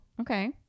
okay